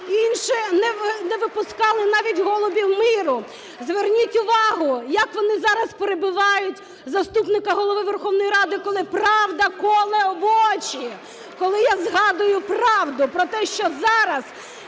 Інші не випускали навіть голубів миру. (Шум у залі) Зверніть увагу, як вони зараз перебивають заступника Голови Верховної Ради, коли правда коле очі, коли я згадую правду про те, що зараз